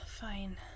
Fine